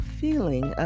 feeling